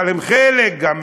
אבל הם גם חלק מהקואליציה,